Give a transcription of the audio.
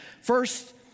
First